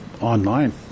online